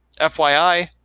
FYI